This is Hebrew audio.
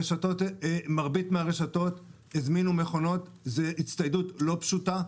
מרבית הרשתות הזמינו מכונות זאת הצטיידות לא פשוטה.